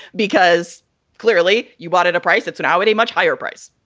because clearly you bought at a price that's now at a much higher price.